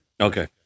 Okay